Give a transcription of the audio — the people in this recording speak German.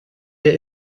der